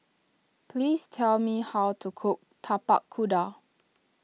please tell me how to cook Tapak Kuda